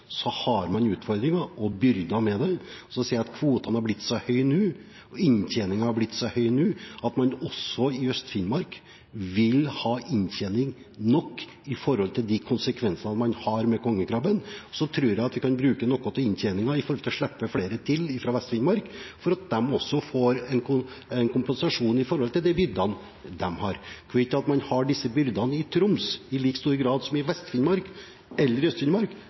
Så er jeg villig til å trekke det utover og fjerne grensen i Finnmark, fordi jeg ser at også i Vest-Finnmark har man utfordringer og byrder med det, som sier at kvotene har blitt så høye nå, inntjeningen har blitt så høy nå, at man også i Øst-Finnmark vil ha inntjening nok i forhold til konsekvensene man har av kongekrabben. Jeg tror at vi kan bruke noe av inntjeningen opp mot å slippe flere til fra Vest-Finnmark, for at de også skal få en kompensasjon i forhold til de byrdene de har. At man har disse byrdene i Troms i like stor grad som i